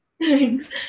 thanks